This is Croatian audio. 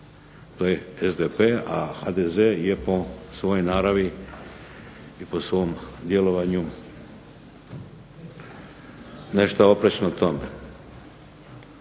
to je SDP, a HDZ je po svojoj naravi i po svom djelovanju nešto oprečno tome.